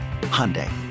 Hyundai